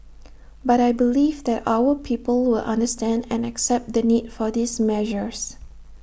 but I believe that our people will understand and accept the need for these measures